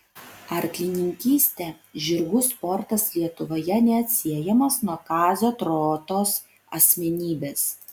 arklininkystė žirgų sportas lietuvoje neatsiejamas nuo kazio trotos asmenybės